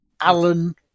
Alan